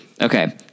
Okay